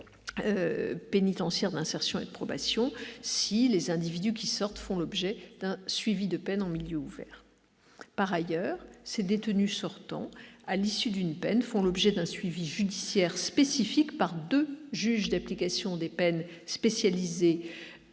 pénitentiaires d'insertion et de probation, les SPIP, si les individus sortants font l'objet d'une peine en milieu ouvert. Par ailleurs, les détenus sortant à l'issue d'une peine font l'objet d'un suivi judiciaire spécifique par deux juges d'application des peines spécialisés